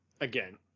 again